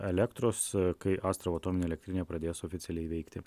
elektros kai astravo atominė elektrinė pradės oficialiai veikti